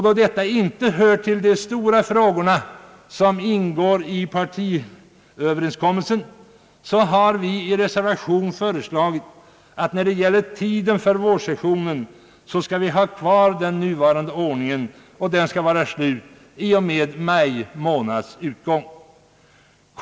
Då detta inte hör till de stora frågorna som ingår i partiöverenskommelsen, har vi i en reservation föreslagit att vi när det gäller tiden för vårsessionen skall ha kvar den nuvarande ordningen, dvs. att sessionen skall sluta i och med maj månads utgång.